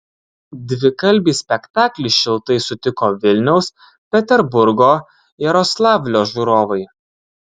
dvikalbį spektaklį šiltai sutiko vilniaus peterburgo jaroslavlio žiūrovai